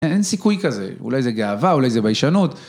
אין סיכוי כזה, אולי זה גאווה, אולי זה ביישנות.